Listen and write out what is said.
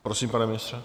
Prosím, pane ministře?